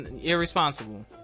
irresponsible